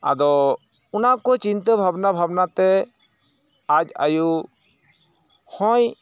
ᱟᱫᱚ ᱚᱱᱟᱠᱚ ᱪᱤᱱᱛᱟᱹ ᱵᱷᱟᱵᱽᱱᱟ ᱵᱷᱟᱵᱽᱱᱟᱛᱮ ᱟᱡ ᱟᱭᱳ ᱦᱚᱸᱭ